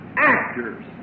Actors